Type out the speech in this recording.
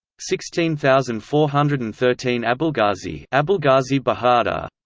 sixteen thousand four hundred and thirteen abulghazi abulghazi but ah but